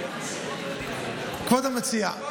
כבוד המציע,